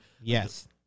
yes